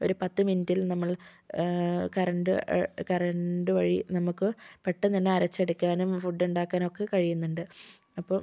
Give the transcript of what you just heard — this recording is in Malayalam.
ഒരു പത്തു മിനിറ്റിൽ നമ്മൾ കരണ്ട് കരണ്ട് വഴി നമുക്ക് പെട്ടെന്ന് തന്നേ അരച്ചെടുക്കാനും ഫുഡുണ്ടാക്കാനും ഒക്കേ കഴിയുന്നുണ്ട് അപ്പോൾ